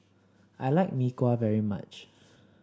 I like Mee Kuah very much